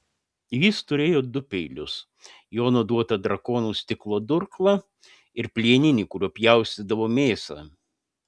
jis turėjo du peilius jono duotą drakonų stiklo durklą ir plieninį kuriuo pjaustydavo mėsą